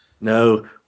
no